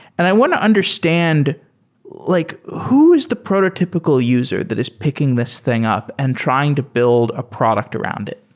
and i want to understand like who's the prototypical user that is picking this thing up and trying to build a product around it?